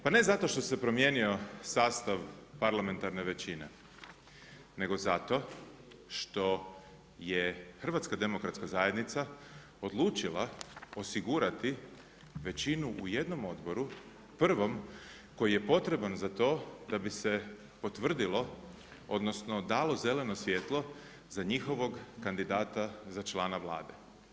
Pa ne zato što se promijenio sastav parlamentarne većine nego zato što je HDZ odlučila osigurati većinu u jednom odboru, prvom koji je potreban za to da bi se potvrdilo odnosno dalo zeleno svjetlo za njihovog kandidata za člana Vlade.